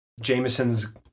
Jameson's